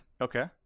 Okay